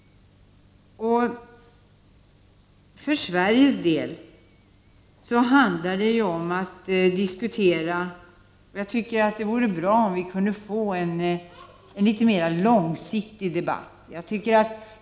För Sveriges del handlar det om att diskutera, och jag tycker att det vore bra om vi kunde få en litet mer långsiktig debatt.